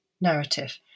narrative